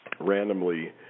randomly